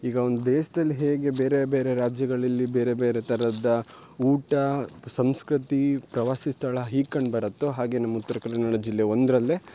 ಈಗ ಒಂದು ದೇಶ್ದಲ್ಲಿ ಹೇಗೆ ಬೇರೆ ಬೇರೆ ರಾಜ್ಯಗಳಲ್ಲಿ ಬೇರೆ ಬೇರೆ ಥರದ್ದು ಊಟ ಸಂಸ್ಕೃತಿ ಪ್ರವಾಸಿ ಸ್ಥಳ ಹೀಗೆ ಕಂಡುಬರತ್ತೋ ಹಾಗೆ ನಮ್ಮ ಉತ್ತರ ಕನ್ನಡ ಜಿಲ್ಲೆ ಒಂದರಲ್ಲೇ